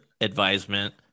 advisement